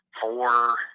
four